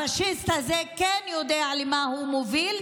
הפשיסט הזה כן יודע למה הוא מוביל,